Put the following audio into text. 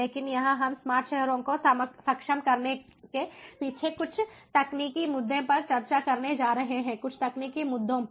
लेकिन यहाँ हम स्मार्ट शहरों को सक्षम करने के पीछे कुछ तकनीकी मुद्दों पर चर्चा करने जा रहे हैं कुछ तकनीकी मुद्दों पर